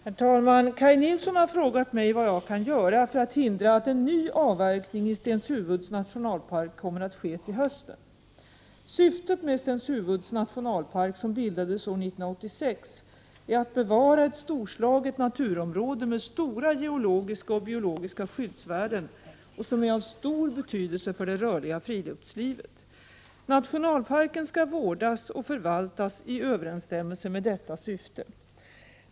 Herr talman! Kaj Nilsson har frågat mig vad jag kan göra för att hindra att en ny avverkning i Stenshuvuds nationalpark kommer att ske till hösten. Syftet med Stenshuvuds nationalpark, som bildades år 1986, är att bevara ett storslaget naturområde med stora geologiska och biologiska skyddsvärden och som är av stor betydelse för det rörliga friluftslivet. Nationalparken skall vårdas och förvaltas i överensstämmelse med detta syfte.